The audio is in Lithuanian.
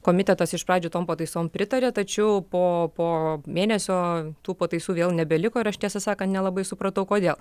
komitetas iš pradžių tom pataisom pritarė tačiau po po mėnesio tų pataisų vėl nebeliko ir aš tiesą sakant nelabai supratau kodėl